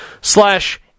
slash